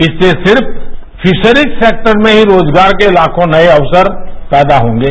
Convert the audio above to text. इससे सिर्फफिशरिश सेक्टर में ही रोजगार के लाखों नए अवसर पैदा होंगे